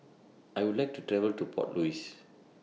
I Would like to travel to Port Louis